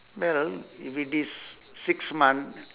well if it is six month